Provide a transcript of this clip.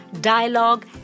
dialogue